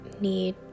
need